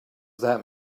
that